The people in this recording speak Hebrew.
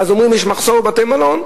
ואז אומרים: יש מחסור בחדרי מלון.